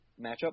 matchup